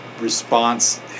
response